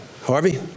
Harvey